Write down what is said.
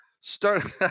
Start